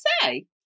say